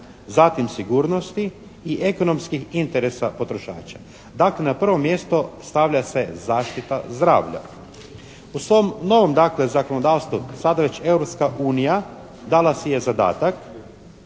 zatim sigurnosti i ekonomskih interesa potrošača. Dakle, na prvo mjesto stavlja se zaštita zdravlja. U svom novom dakle zakonodavstvu sada već Europska unija dala